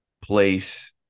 place